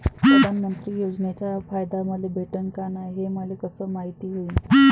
प्रधानमंत्री योजनेचा फायदा मले भेटनं का नाय, हे मले कस मायती होईन?